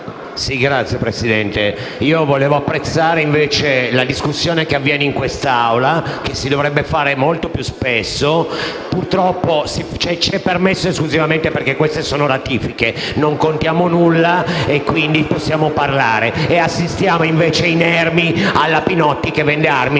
sull'ordine dei lavori, vorrei apprezzare la discussione che avviene in quest'Assemblea, che andrebbe fatta molto più spesso. Purtroppo ci è permesso esclusivamente perché queste sono ratifiche: non contiamo nulla e quindi possiamo parlare. Assistiamo invece inermi alla Pinotti che vende armi